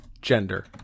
gender